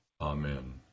amen